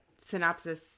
synopsis